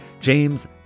James